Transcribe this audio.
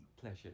pleasure